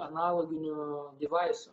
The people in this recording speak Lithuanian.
analoginių divaisų